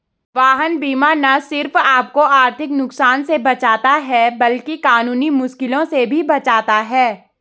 वाहन बीमा न सिर्फ आपको आर्थिक नुकसान से बचाता है, बल्कि कानूनी मुश्किलों से भी बचाता है